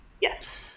Yes